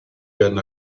werden